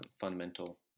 fundamental